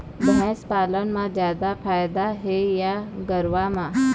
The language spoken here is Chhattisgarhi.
भैंस पालन म जादा फायदा हे या गरवा म?